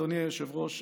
אדוני היושב-ראש,